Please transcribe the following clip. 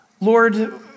Lord